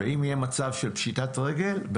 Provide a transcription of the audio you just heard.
אם יהיה מצב של פשיטת רגל,